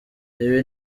ibi